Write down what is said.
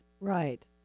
Right